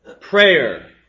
Prayer